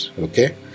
Okay